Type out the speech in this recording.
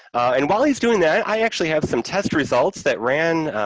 and while he's doing that, i actually have some test results that ran,